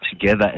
together